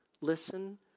Listen